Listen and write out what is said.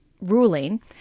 ruling